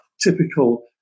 typical